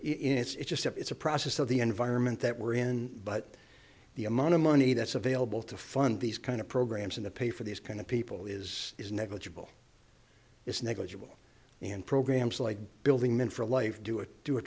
that it's just it's a process of the environment that we're in but the amount of money that's available to fund these kind of programs and the pay for these kind of people is is negligible is negligible in programs like building men for life do it do a